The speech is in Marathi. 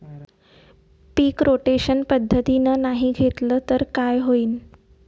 पीक रोटेशन पद्धतीनं नाही घेतलं तर काय होईन?